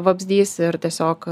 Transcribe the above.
vabzdys ir tiesiog